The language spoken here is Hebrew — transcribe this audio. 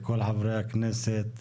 לכל חברי הכנסת.